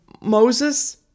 Moses